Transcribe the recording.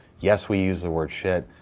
yes, we use the word shit.